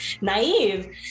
naive